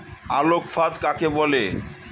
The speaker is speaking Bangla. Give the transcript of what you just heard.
আলোক ফাঁদ কাকে বলে?